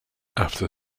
after